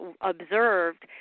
observed